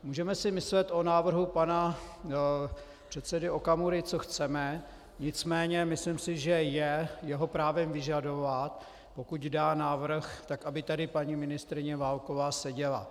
Můžeme si myslet o návrhu pana předsedy Okamury, co chceme, nicméně si myslím, že je jeho právem vyžadovat, pokud dá návrh, tak aby tady paní ministryně Válková seděla.